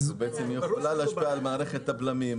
היא יכולה להשפיע על מערכת הבלמים,